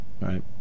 Right